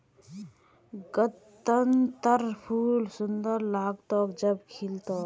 गत्त्रर फूल सुंदर लाग्तोक जब खिल तोक